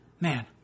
man